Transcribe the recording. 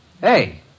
Hey